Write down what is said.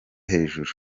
hejuru